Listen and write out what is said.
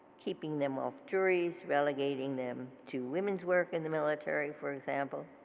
keeping them off juries, relegating them to women's work in the military for example.